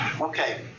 Okay